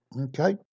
Okay